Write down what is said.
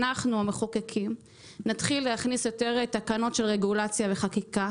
אנחנו המחוקקים נתחיל להכניס יותר תקנות של רגולציה וחקיקה,